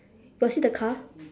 got see the car